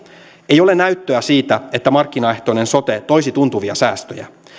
ei ole näyttöä siitä että markkinaehtoinen sote toisi tuntuvia säästöjä